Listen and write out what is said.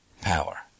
power